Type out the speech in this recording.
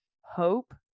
hope